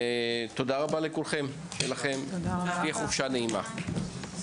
תודה רבה לכולם, חופשה נעימה.